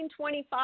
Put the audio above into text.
1925